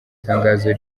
tangazo